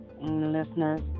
Listeners